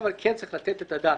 כן אבל צריך לתת את הדעת,